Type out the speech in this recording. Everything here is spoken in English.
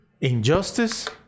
Injustice